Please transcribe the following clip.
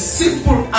simple